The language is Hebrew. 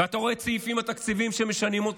ואתה רואה את הסעיפים התקציביים שמשנים,